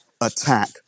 attack